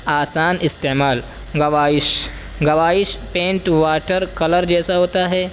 آسان استعمال gouache gouache paint water colour جیسا ہوتا ہے